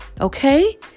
okay